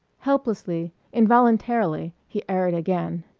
helplessly, involuntarily, he erred again.